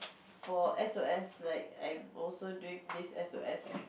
for S_O_S like I'm also doing this S_O_S